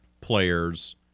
players